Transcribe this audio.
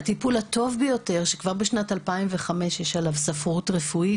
הטיפול הטוב ביותר שכבר בשנת 2005 יש עליו ספרות רפואית